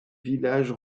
village